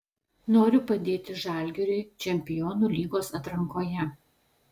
noriu padėti žalgiriui čempionų lygos atrankoje